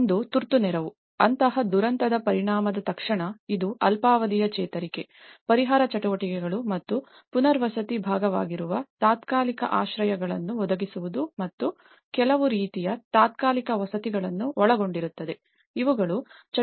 ಒಂದು ತುರ್ತು ನೆರವು ಅಂತಹ ದುರಂತದ ಪರಿಣಾಮದ ತಕ್ಷಣ ಇದು ಅಲ್ಪಾವಧಿಯ ಚೇತರಿಕೆ ಪರಿಹಾರ ಚಟುವಟಿಕೆಗಳು ಮತ್ತು ಪುನರ್ವಸತಿ ಭಾಗವಾಗಿರುವ ತಾತ್ಕಾಲಿಕ ಆಶ್ರಯಗಳನ್ನು ಒದಗಿಸುವುದು ಮತ್ತು ಕೆಲವು ರೀತಿಯ ತಾತ್ಕಾಲಿಕ ವಸತಿಗಳನ್ನು ಒಳಗೊಂಡಿರುತ್ತದೆ ಇವುಗಳು ಚಟುವಟಿಕೆಗಳಾಗಿವೆ